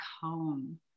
home